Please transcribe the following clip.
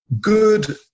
good